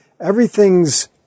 everything's